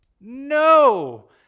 no